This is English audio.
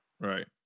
Right